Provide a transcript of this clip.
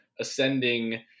ascending